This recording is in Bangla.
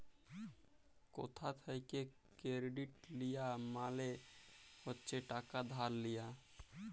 কথা থ্যাকে কেরডিট লিয়া মালে হচ্ছে টাকা ধার লিয়া